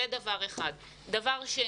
דבר שני.